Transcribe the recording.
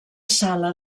sala